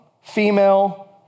female